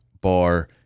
bar